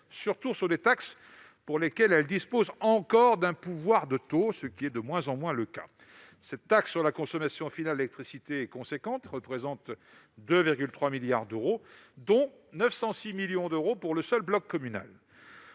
s'agit de taxes pour lesquelles les collectivités disposent encore d'un pouvoir de taux, ce qui est de plus en plus rare. Cette taxe sur la consommation finale d'électricité est importante : elle représente 2,3 milliards d'euros, dont 906 millions d'euros pour le seul bloc communal.